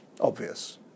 obvious